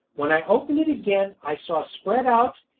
when i opened it again i saw spread out,